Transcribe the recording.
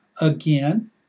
again